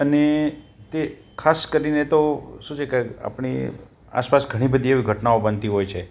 અને તે ખાસ કરીને તો શું છે કે આપણી આસપાસ ઘણી બધી એવી ઘટનાઓ બનતી હોય છે